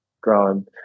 grown